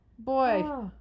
Boy